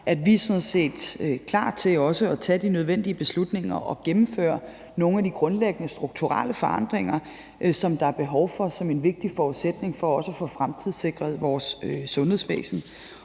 set er klar til at tage de nødvendige beslutninger og gennemføre nogle af de grundlæggende strukturelle forandringer, som der er behov for som en vigtig forudsætning for også at få fremtidssikret vores sundhedsvæsen.